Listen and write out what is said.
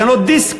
לשנות דיסק.